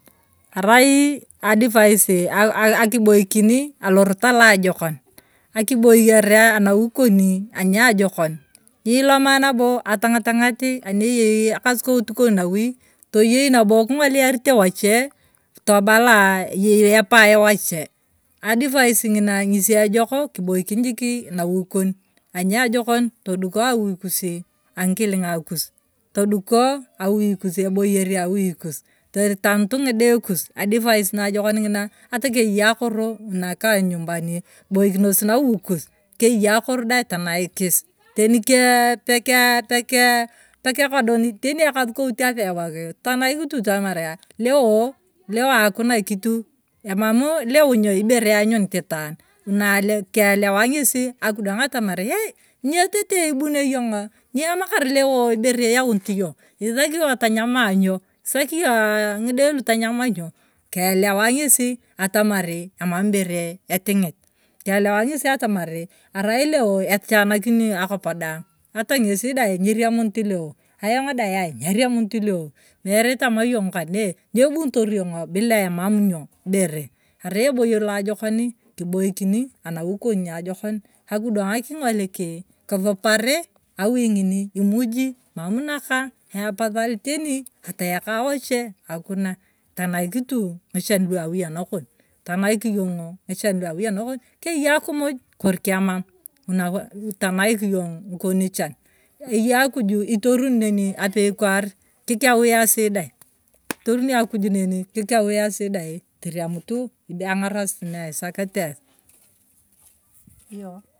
Arai adrisi akiboikini alorot aloajokon, akiboyere anawui koni aniajokon nyiiloma nabo kiwaliyariton wachie tobala eyei epae wachie advise ng’ina ngesi ejoko kiboikin jiki nawui kon aniojokon, toduko awui kuzi ang’ikiling’a kus toduko awui kus, eboyer awui kus kitanut ng’ide kus advice na ajokon ng’ina atakeyei akoro, unakaa nyumbani, kiboikinos nawui kus keyei akoro dai tanaikis, teni peke peke pekekodonit teni ekasukout apebebagi, tanaik tu atamari leo, leo akuna kito, emamu leo ny’o ibere eanyunit itaan, kielewaya ng’esi akidwang atamari yei nyotete ibunio yong’o nyoemakar leo ibere iyaunit yong isaki yong atanyama ny’o saki yong ngidelu tanyama ny’o kielewa ng’esi atamari emakar ibere etingit, kielewayo ng’esi atamari arai leo echanakini akop daang ata ng’esi dai nyiriemunit leo mere tamayong kane, ng’obonitori yong bila emam ibere arai eboyer laajokon kiboikini anawui kon ntajokon akidwang king’oliki, kittupari awui ng’ini imuji mam nakang apathai teniateyaka wachie nkuna tanaik tanaik tu ngichan luawui anakon, tanaik yong’o ng’icha luawui anakon, keyei akumuj kori kemam tanaik yong’o ng’ikon chan eyei akuju itorini neni apei kwaar, kikeu esi dai itoruni akuj neni kikeu esi dai teriemuto ang’arasit naisaketes iyo.